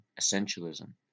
essentialism